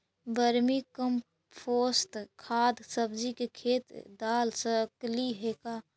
Vermi compost खाद सब्जी के खेत दाल सकली हे का?